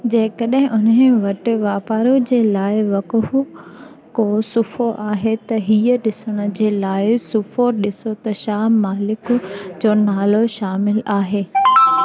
जेकड॒हिं उन वटि वापारु जे लाइ वक़्फ़ को सुफ़ो आहे त हीअं डि॒सण जे लाइ सुफ़ो डि॒सो त छा मालिक जो नालो शामिलु आहे